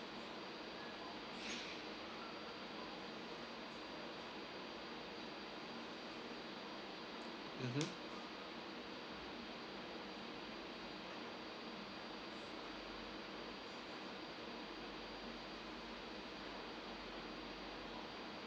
mmhmm